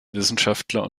wissenschaftler